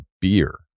beer